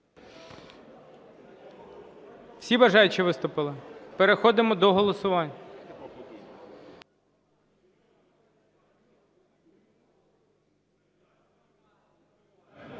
Всі бажаючі виступили? Переходимо до голосування.